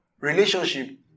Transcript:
relationship